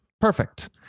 Perfect